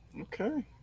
Okay